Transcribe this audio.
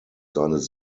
seines